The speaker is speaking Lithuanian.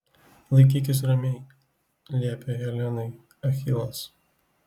laikykis ramiai liepė helenai achilas